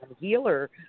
healer